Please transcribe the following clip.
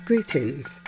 Greetings